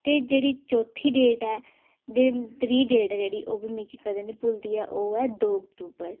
ते जेह्ड़ी चौथी डेट ऐ ते त्रीऽ डेट ऐ जेह्ड़ी ओह् बी मिगी कदें निं भुलदी ऐ ओह् ऐ दो अक्तूबर